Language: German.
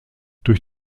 durch